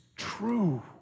true